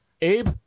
Abe